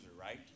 right